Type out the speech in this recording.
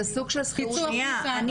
שנייה,